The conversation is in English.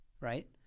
right